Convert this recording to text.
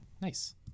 Nice